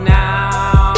now